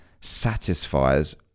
satisfies